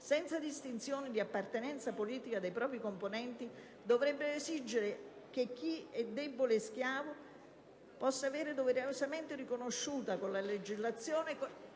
senza distinzione di appartenenza politica dei propri componenti, dovrebbero esigere che a chi è debole e schiavo venga doverosamente riconosciuto con la legislazione